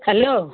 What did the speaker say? hello